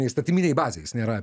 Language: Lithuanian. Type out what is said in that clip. įstatyminėj bazėj jis nėra